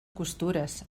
costures